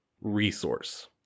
resource